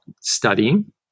studying